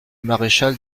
maréchal